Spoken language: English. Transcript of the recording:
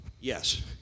Yes